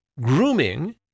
grooming